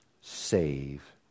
save